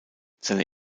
seine